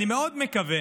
אני מאוד מקווה